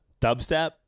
dubstep